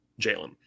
Jalen